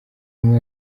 bamwe